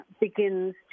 begins